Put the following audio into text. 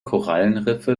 korallenriffe